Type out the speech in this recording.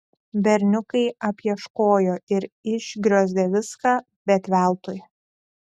berniukai apieškojo ir išgriozdė viską bet veltui